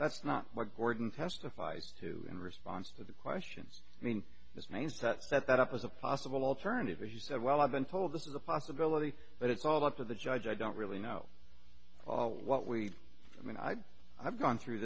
that's not where gordon testified to in response to the question i mean this means to set that up as a possible alternative as you said well i've been told this is a possibility but it's all up to the judge i don't really know what we mean i've i've gone through